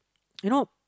you know